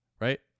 right